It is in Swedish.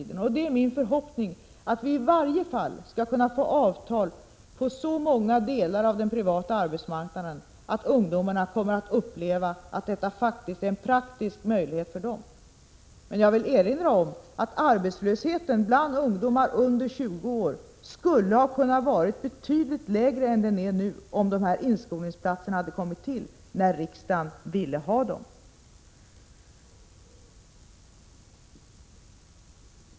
Det är min förhoppning att vi i varje fall skall kunna få avtal på så många delar av den privata arbetsmarknaden att ungdomarna kommer att känna att detta faktiskt är en praktisk möjlighet för dem. Men jag vill erinra om att arbetslösheten bland ungdomar under 20 år skulle ha kunnat vara betydligt lägre än den nu är, om dessa inskolningsplatser hade kommit till när riksdagen ville ha dem.